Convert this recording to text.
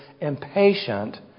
impatient